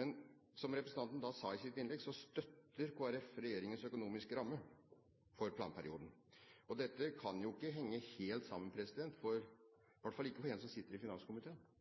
Men, som representanten sa i sitt innlegg: Kristelig Folkeparti støtter regjeringens økonomiske ramme for planperioden. Dette kan jo ikke henge helt sammen, i hvert fall ikke for en som sitter i finanskomiteen.